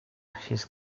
his